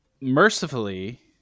Mercifully